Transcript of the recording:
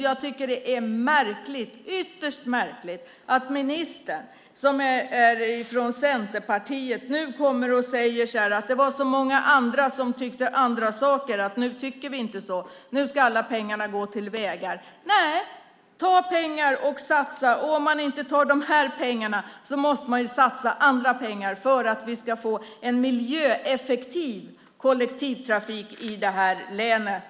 Jag tycker att det är märkligt, ytterst märkligt, att ministern som är från Centerpartiet nu kommer och säger att det var så många andra som tyckte andra saker att nu tycker vi inte så. Nu ska alla pengar gå till vägar. Nej, ta pengar och satsa! Om man inte tar de här pengarna måste man satsa andra pengar för att vi ska få en miljöeffektiv kollektivtrafik i det här länet.